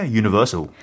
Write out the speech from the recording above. universal